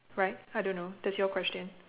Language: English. right I don't know that's your question